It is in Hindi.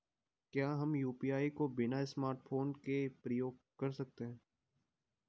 क्या हम यु.पी.आई को बिना स्मार्टफ़ोन के प्रयोग कर सकते हैं?